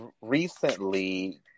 recently